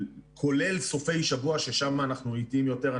כולל סופי שבוע ששם אנחנו איטיים יותר,